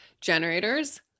Generators